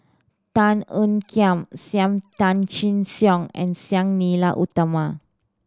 Tan Ean Kiam Sam Tan Chin Siong and Sang Nila Utama